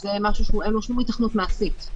זה משהו שאין לו שום היתכנות מעשית.